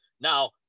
Now